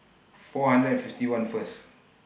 four hundred and fifty one First